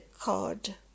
card